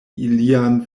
ilian